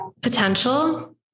potential